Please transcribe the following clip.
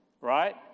Right